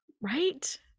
right